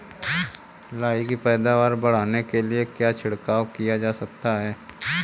लाही की पैदावार बढ़ाने के लिए क्या छिड़काव किया जा सकता है?